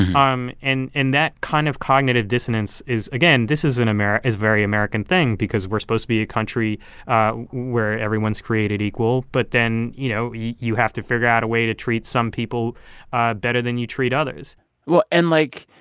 um and and that kind of cognitive dissonance is again, this is an is very american thing because we're supposed to be a country where everyone's created equal. but then, you know, you have to figure out a way to treat some people ah better than you treat others well, and, like,